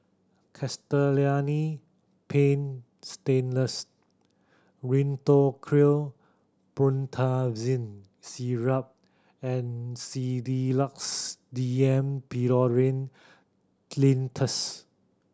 Castellani Paint Stainless Rhinathiol Promethazine Syrup and Sedilix D M Pseudoephrine Linctus